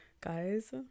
guys